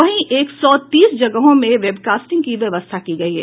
इसके साथ ही एक सौ तीस जगहों पर वेबकास्टिंग की व्यवस्था की गयी है